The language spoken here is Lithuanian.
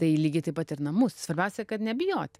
tai lygiai taip pat ir namus svarbiausia kad nebijot